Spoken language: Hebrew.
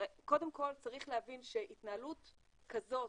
קודם כל צריך להבין שהתנהלות כזאת,